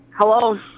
Hello